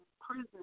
prison